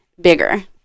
bigger